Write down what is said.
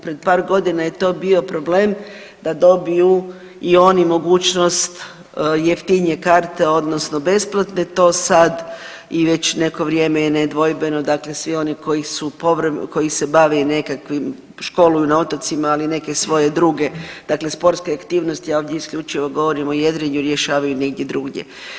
Pred par godina je to bio problem da dobiju i oni mogućnost jeftinije karte odnosno besplatne, to sad i već neko vrijeme je nedvojbeno, dakle svi oni koji se bave i nekakvim školuju na otocima, ali i neke svoje druge sportske aktivnosti, ja ovdje isključivo govorim o jedrenju i rješavaju negdje drugdje.